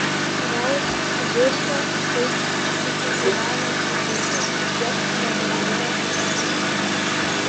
gal cvirka taip susigyveno su kaunu jog nebenorėjo išvykti